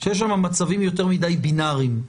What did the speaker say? יש מצבים יותר מדי בינאריים.